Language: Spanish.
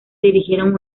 dirigieron